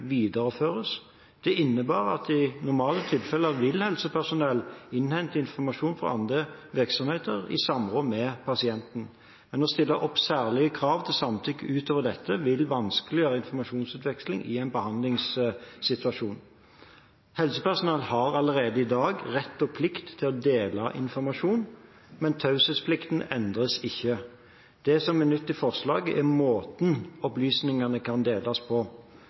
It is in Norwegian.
videreføres. Det innebærer at i normale tilfeller vil helsepersonell innhente informasjon fra andre virksomheter i samråd med pasienten. Å stille særlige krav til samtykke utover dette vil vanskeliggjøre informasjonsutveksling i en behandlingssituasjon. Helsepersonell har allerede i dag rett og plikt til å dele informasjon, men taushetsplikten endres ikke. Det som er nytt i forslaget, er måten opplysningene kan deles på.